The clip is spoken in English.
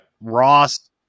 Ross